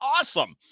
awesome